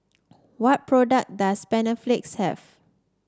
what products does Panaflex have